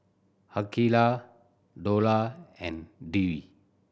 Aqeelah Dollah and Dwi